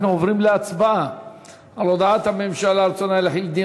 אנחנו עוברים להצבעה על רצונה של הממשלה להחיל דין